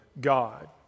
God